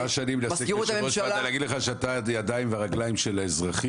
מה שאני מנסה כיושב ראש ועדה להגיד לך שאתה הידיים והרגליים של האזרחים.